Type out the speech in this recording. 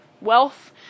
wealth